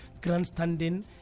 grandstanding